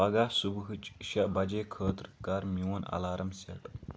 پگہہ صبحٕچِ شیٚے بجے خٲطرٕ کر میون الارام سیٹ